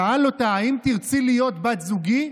שאל אותה: האם תרצי להיות בת זוגי?